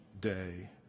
day